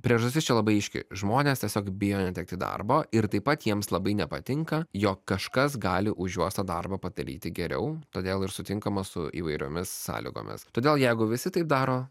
priežastis čia labai aiški žmonės tiesiog bijo netekti darbo ir taip pat jiems labai nepatinka jog kažkas gali už juos tą darbą padaryti geriau todėl ir sutinkama su įvairiomis sąlygomis todėl jeigu visi taip daro